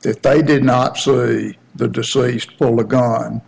that they did not see the displaced well look on